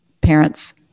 parents